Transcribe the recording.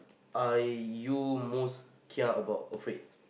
are you most kia about afraid